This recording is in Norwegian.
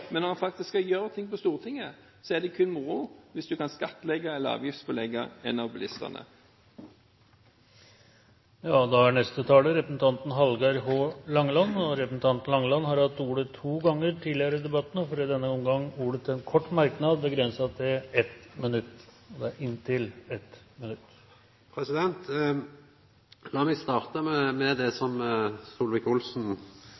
men når en faktisk skal gjøre ting på Stortinget, er det kun moro hvis en kan skattlegge eller avgiftsbelegge en av bilistene. Hallgeir H. Langeland har hatt ordet to ganger tidligere i debatten og får i denne omgang ordet til en kort merknad, begrenset til 1 minutt – og det er inntil 1 minutt. Lat meg starta med det